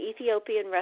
Ethiopian